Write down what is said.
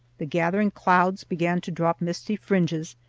the gathering clouds began to drop misty fringes,